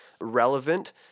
Relevant